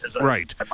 Right